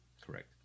Correct